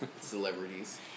celebrities